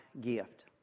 gift